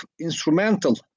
instrumental